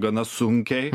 gana sunkiai